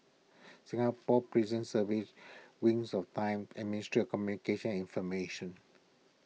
Singapore Prison Service Wings of Time and Ministry of Communications and Information